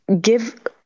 give